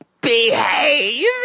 behave